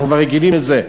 אנחנו כבר רגילים לזה,